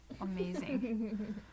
amazing